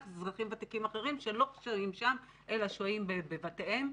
אזרחים ותקים אחרים שלא שוהים אלא שוהים בבתיהם.